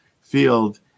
field